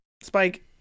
Spike